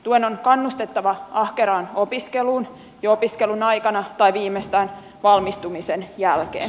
tuen on kannustettava ahkeraan opiskeluun jo opiskelun aikana tai viimeistään valmistumisen jälkeen